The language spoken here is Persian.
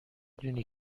دونی